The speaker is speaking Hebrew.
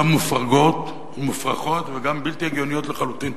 גם מופרכות וגם בלתי הגיוניות לחלוטין.